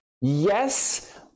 Yes